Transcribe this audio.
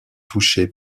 touchée